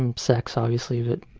um sex, obviously. but